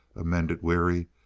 amended weary,